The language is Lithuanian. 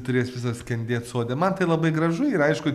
turės visas skendėt sode man tai labai gražu yra aišku